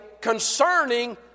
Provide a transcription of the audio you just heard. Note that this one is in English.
concerning